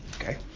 Okay